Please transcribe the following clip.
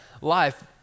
life